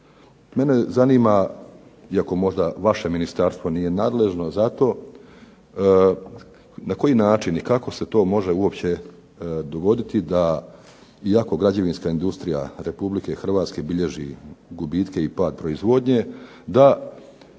mene zanima, iako možda vaše ministarstvo nije nadležno za to, na koji način i kako se to može uopće dogoditi da iako građevinska industrija RH bilježi gubitke i pad proizvodnje da